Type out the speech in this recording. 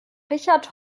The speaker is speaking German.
richard